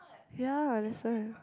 ya that's why